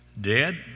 Dead